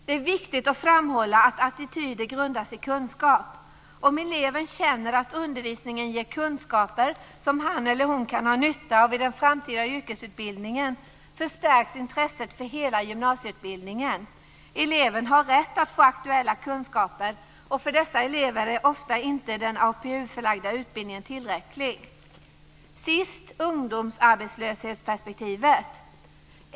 Det är viktigt att framhålla att attityder grundas i kunskap. Om eleven känner att undervisningen ger kunskaper som han eller hon kan ha nytta av i den framtida yrkesutbildningen, förstärks intresset för hela gymnasieutbildningen. Eleven har rätt att få aktuella kunskaper. För de här eleverna är ofta inte den APU-förlagda utbildningen tillräcklig. För det sjätte gäller det ungdomsarbetslöshetsperspektivet.